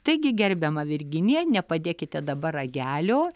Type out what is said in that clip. taigi gerbiama virginija nepadėkite dabar ragelio